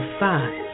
five